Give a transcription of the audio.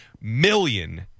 million